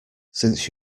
since